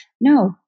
no